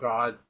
God